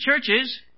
churches